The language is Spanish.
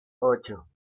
ocho